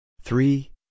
three